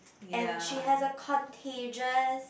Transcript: and she has a contagious